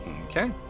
Okay